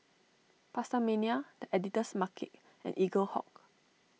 PastaMania the Editor's Market and Eaglehawk